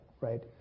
right